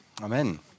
Amen